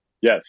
yes